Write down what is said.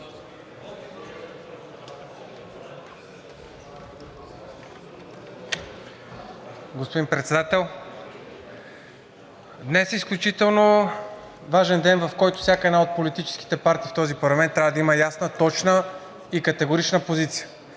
Господни Председател, днес е изключително важен ден, в който всяка една от политическите партии в този парламент трябва да има ясна, точна и категорична позиция.